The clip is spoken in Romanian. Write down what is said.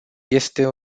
este